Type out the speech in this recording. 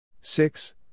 six